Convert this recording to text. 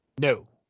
No